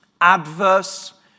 adverse